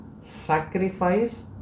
sacrifice